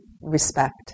respect